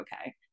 okay